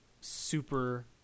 super